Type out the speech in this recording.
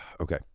okay